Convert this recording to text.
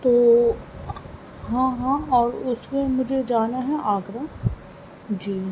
تو ہاں ہاں اور اُس کو مجھے جانا ہے آگرا جی